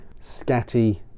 scatty